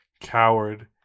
coward